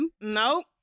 Nope